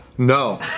No